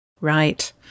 Right